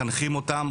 מחנכים אותם,